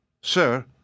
Sir